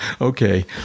Okay